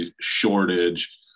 shortage